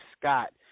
Scott